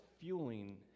fueling